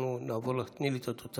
אנחנו נעבור, תגישו לי את התוצאות.